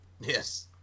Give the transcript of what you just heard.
Yes